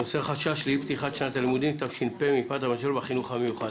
הנושא: החשש לאי פתיחת שנת הלימודים תש"פ מפאת המשבר בחינוך המיוחד.